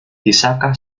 bisakah